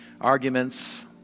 arguments